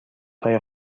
های